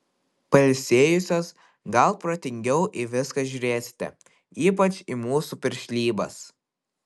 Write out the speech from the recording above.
pailsėjusios gal protingiau į viską žiūrėsite ypač į mūsų piršlybas